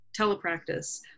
telepractice